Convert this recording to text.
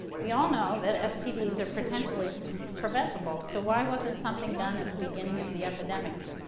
we all know that stds are potentially preventable. so, why wasn't something done at the beginning of the epidemic?